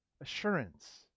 assurance